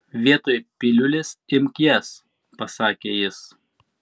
vietoj piliulės imk jas pasakė jis